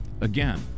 Again